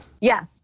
Yes